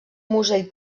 musell